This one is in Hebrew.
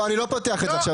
לא, אני לא פותח את זה עכשיו.